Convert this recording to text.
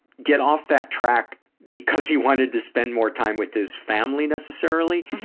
get off that track because he wanted to spend more time with his family necessarily,